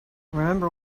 remember